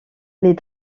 les